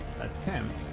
attempt